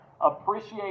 appreciate